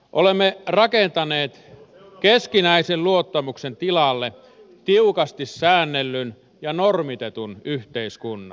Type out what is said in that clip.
olemme rakentaneet keskinäisen luottamuksen tilalle tiukasti säännellyn ja normitetun yhteiskunnan